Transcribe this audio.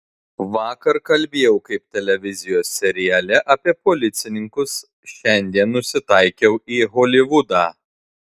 vakar kalbėjau kaip televizijos seriale apie policininkus šiandien nusitaikiau į holivudą